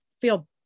feel